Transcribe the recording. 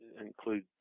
include